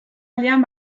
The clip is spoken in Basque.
aldean